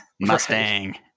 Mustang